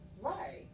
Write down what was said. Right